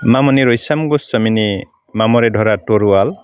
मामुनि रैसम गसुवामिनि माम'रे दरा थरुवाल